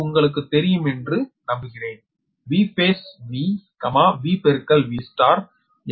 இது உங்களுக்குத் தெரியும் என்று நம்புகிறேன் Vphase V V பெருக்கல் V என்பது V2